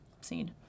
seen